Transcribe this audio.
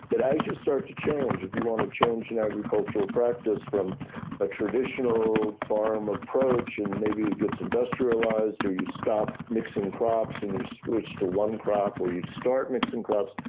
but as you start to change, if you want to change an agricultural practice from a traditional farm approach and maybe it gets industrialised or you stop mixing crops and you switch to one crop or you start mixing crops,